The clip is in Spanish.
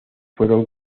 fueron